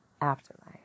afterlife